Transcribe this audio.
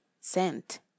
sent